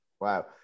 Wow